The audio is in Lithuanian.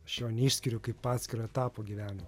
aš jo neišskiriu kaip atskirą etapą gyvenimo